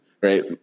right